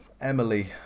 Emily